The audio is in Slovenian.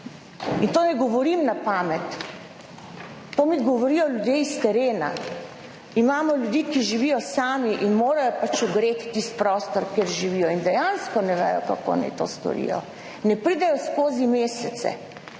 in to ne govorim na pamet, to mi govorijo ljudje iz terena. Imamo ljudi, ki živijo sami in morajo ogreti tisti prostor, kjer živijo in dejansko ne vedo, kako naj to storijo, ne pridejo skozi mesece,